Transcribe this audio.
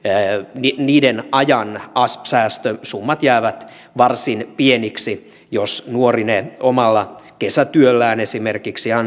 käy niin niiden a ikäisyyteen asp säästösummat jäävät varsin pieniksi jos nuori ne esimerkiksi omalla kesätyöllään ansaitsee